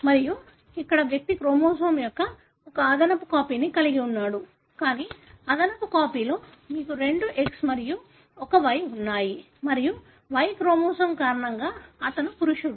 మళ్ళీ ఇక్కడ వ్యక్తి క్రోమోజోమ్ యొక్క ఒక అదనపు కాపీని కలిగి ఉన్నాడు కానీ అదనపు కాపీలో మీకు రెండు X మరియు ఒక Y ఉన్నాయి మరియు Y క్రోమోజోమ్ కారణంగా అతను పురుషుడు